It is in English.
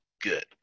Good